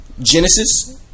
Genesis